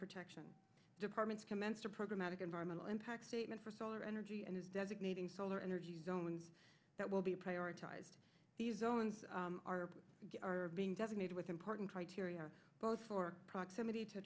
protection departments commenced a program out of environmental impact statement for solar energy and designating solar energy zone that will be prioritized the zones are being designated with important criteria both for proximity to